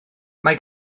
mae